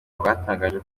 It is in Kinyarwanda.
batangaje